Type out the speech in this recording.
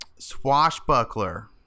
Swashbuckler